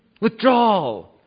Withdrawal